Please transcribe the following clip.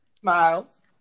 Smiles